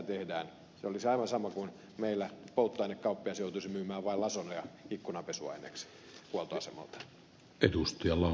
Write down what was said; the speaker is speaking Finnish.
se olisi aivan sama kuin meillä polttoainekauppias joutuisi myymään vain lasolia ikkunanpesuaineeksi huoltoasemalta